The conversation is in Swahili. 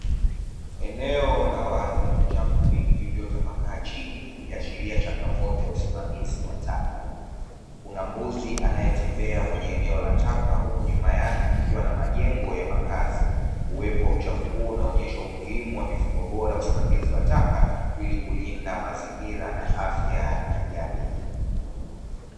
Eneo la wazi lenye uchafu mwingi uliotapakaa chini ikiashiria changamoto ya usimamizi wa taka. Kuna mbuzi anaetembea kwenye eneo la taka huku nyuma yake kukiwa na majengo ya makazi. Uwepo wa uchafu huo unaonyesha umuhimu wa mifumo bora ya usimamizi wa taka ili kulinda mazingira na afya ya jamii.